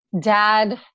dad